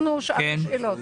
אנחנו שאלנו שאלות,